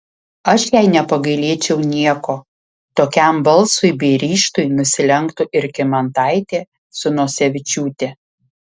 aš jai nepagailėčiau nieko tokiam balsui bei ryžtui nusilenktų ir kymantaitė su nosevičiūte